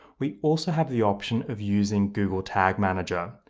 we also have the option of using google tag manager.